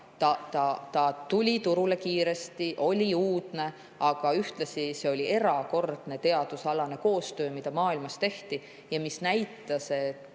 jah, tuli turule kiiresti, oli uudne, aga ühtlasi oli see erakordne teadusalane koostöö, mida maailmas tehti ja mis näitas, et